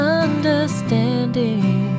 understanding